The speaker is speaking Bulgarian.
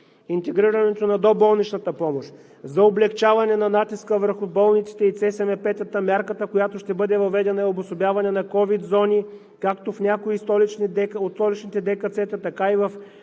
Интегрирането на доболничната помощ. За облекчаване на натиска върху болниците и ЦСМП-тата, мярката, която ще бъде въведена, е обособяване на ковид зони, както в някои от столичните ДКЦ-та така и в